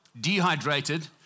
dehydrated